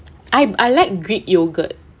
I I like greek yogurt